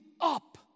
up